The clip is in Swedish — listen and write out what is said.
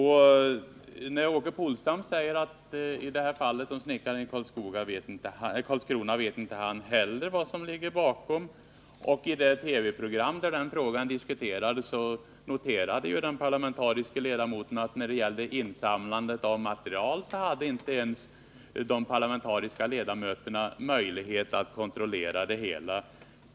Åke Polstam säger att i fallet med snickaren i Karlskrona vet inte han heller vad som ligger bakom, och i det TV-program där frågan diskuterades noterade ju den parlamentariske ledamoten att då det gällde insamlandet av material hade inte ens de parlamentariska ledamöterna möjlighet att kontrollera det hela.